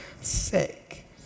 sick